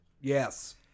Yes